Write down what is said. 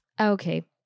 Okay